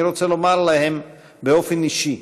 אני רוצה לומר להם באופן אישי: